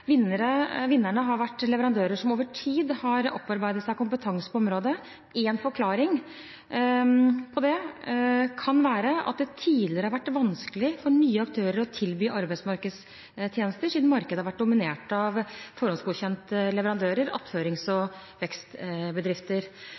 Vinnerne har vært leverandører som over tid har opparbeidet seg kompetanse på området. Én forklaring på det kan være at det tidligere har vært vanskelig for nye aktører å tilby arbeidsmarkedstjenester, siden markedet har vært dominert av forhåndsgodkjente leverandører, attførings- og